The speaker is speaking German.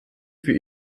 für